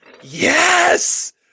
yes